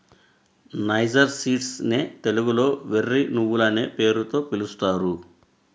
niger seeds నే తెలుగులో వెర్రి నువ్వులనే పేరుతో పిలుస్తారు